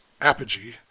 apogee